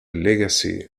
legacy